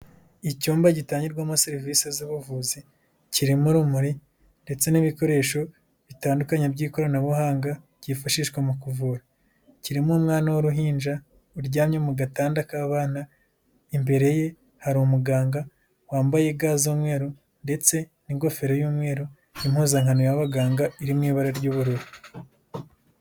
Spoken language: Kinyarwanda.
Icyumba gitangirwamo serivisi z'ubuvuzi kirimo urumuri ndetse n'ibikoresho bitandukanye by'ikoranabuhanga byifashishwa mu kuvura. Kirimo umwana w'uruhinja uryamye mu gatanda k'abana. Imbere ye hari umuganga wambaye ga z'umweru ndetse n'ingofero y'umweru, n'impuzankano y'abaganga iri mu ibara ry'ubururu.